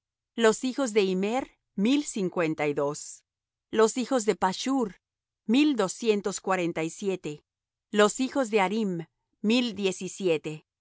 los hijos de immer mil cincuenta y dos los hijos de pashur mil doscientos cuarenta y siete los hijos de harim mil